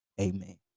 Amen